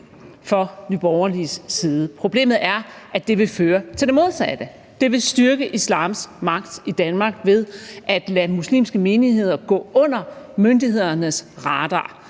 fra Nye Borgerliges side. Problemet er, at det vil føre til det modsatte: Det vil styrke islams magt i Danmark ved at lade muslimske menigheder gå under myndighedernes radar.